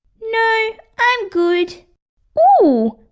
no, i'm good oooh!